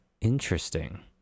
Interesting